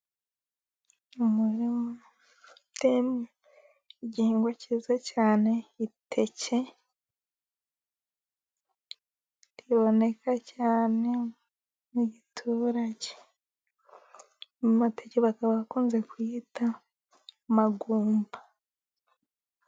Umurima uteyemo igihingwa cyiza cyane iteke, riboneka cyane mu giturage amateke bakaba bakunze kuyita amagumba.